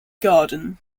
garden